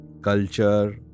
culture